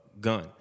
gun